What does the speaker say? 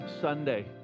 Sunday